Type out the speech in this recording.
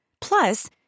Plus